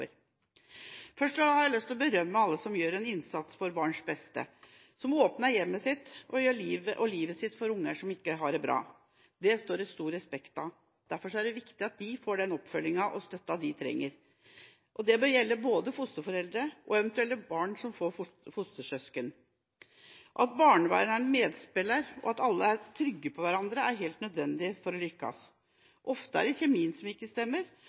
Først har jeg lyst til å berømme alle de som gjør en innsats for barns beste, som åpner hjemmet sitt og livet sitt for barn som ikke har det bra. Det står det stor respekt av. Derfor er det viktig at de får den oppfølginga og støtta de trenger, og det bør gjelde både fosterforeldre og eventuelle barn som får fostersøsken. At barnevernet er en medspiller, og at alle er trygge på hverandre, er helt nødvendig for å lykkes. Ofte stemmer ikke kjemien, og nettopp derfor er det